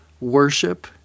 worship